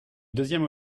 deuxième